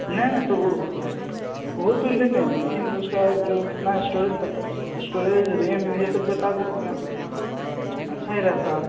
नहीं नहीं तो वो वो तो ले लेंगे लेकिन उसका जो कितना इस्टोरेज पड़ता है इस्टोरेज रेम यह सब बता देतीं आप दूसरा अच्छा ही रहता